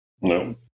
No